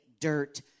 dirt